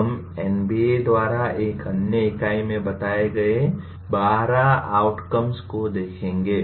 हम एनबीए द्वारा एक अन्य इकाई में बताए गए 12 आउटकम्स को देखेंगे